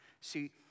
See